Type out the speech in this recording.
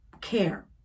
care